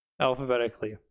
alphabetically